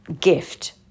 gift